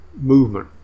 movement